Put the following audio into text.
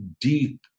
deep